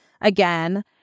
Again